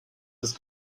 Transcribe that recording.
ist